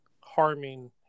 harming